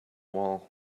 wall